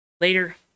later